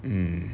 mm